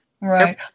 Right